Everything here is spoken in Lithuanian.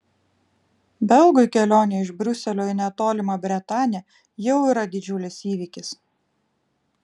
belgui kelionė iš briuselio į netolimą bretanę jau yra didžiulis įvykis